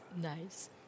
Nice